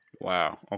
Wow